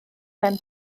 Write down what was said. mewn